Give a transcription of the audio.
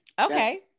okay